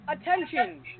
attention